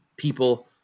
people